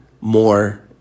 more